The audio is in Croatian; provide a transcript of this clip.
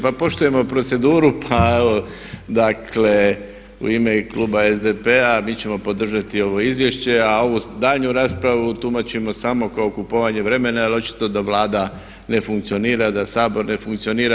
Pa poštujemo proceduru, pa evo dakle u ime kluba SDP-a mi ćemo podržati ovo izvješće, a ovu daljnju raspravu tumačimo samo kao kupovanje vremena, jer očito da Vlada ne funkcionira, da Sabor ne funkcionira.